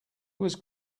was